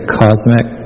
cosmic